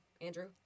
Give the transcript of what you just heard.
Andrew